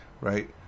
right